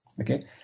Okay